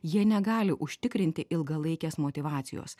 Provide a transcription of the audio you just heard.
jie negali užtikrinti ilgalaikės motyvacijos